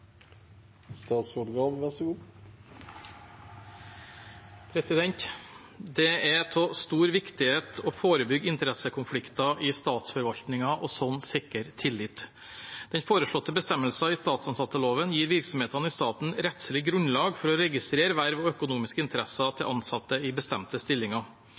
av stor viktighet å forebygge interessekonflikter i statsforvaltningen og slik sikre tillit. Den foreslåtte bestemmelsen i statsansatteloven gir virksomhetene i staten rettslig grunnlag for å registrere verv og økonomiske interesser til ansatte i bestemte stillinger.